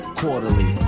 quarterly